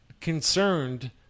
concerned